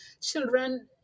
children